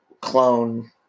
clone